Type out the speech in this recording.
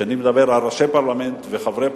אני מדבר על ראשי פרלמנט וחברי פרלמנט,